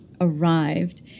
arrived